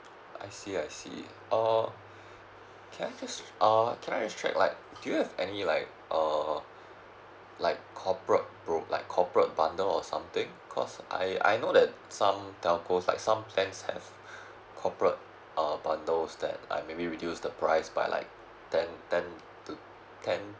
I see I see uh can I just uh can I just check like do you have any like uh like corporate pro~ like corporate bundle or something because I I know that so some telco like some plan have corporate uh bundle that uh maybe reduce the price by like ten ten to ten